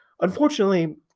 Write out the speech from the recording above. Unfortunately